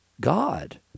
god